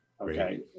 okay